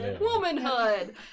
womanhood